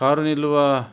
car ನಿಲ್ಲುವ